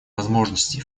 возможностей